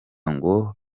ngo